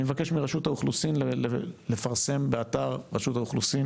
אני מבקש מרשות האוכלוסין לפרסם באתר רשות האוכלוסין